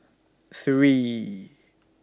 three